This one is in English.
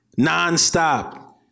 nonstop